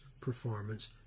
performance